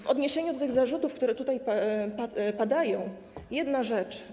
W odniesieniu do tych zarzutów, które tutaj padają, jedna rzecz.